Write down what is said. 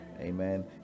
Amen